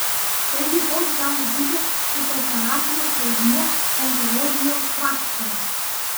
taigi koks gali būti fitoterapijos vaidmuo onkologijos praktikoje